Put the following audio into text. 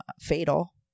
fatal